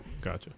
Gotcha